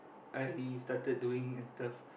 I started doing stuff